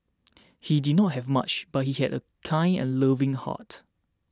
he did not have much but he had a kind and loving heart